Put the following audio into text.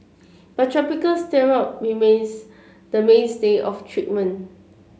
but topical steroid remains the mainstay of treatment